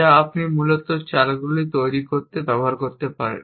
যা আপনি মূলত চালগুলি তৈরি করতে ব্যবহার করতে পারেন